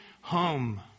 home